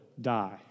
die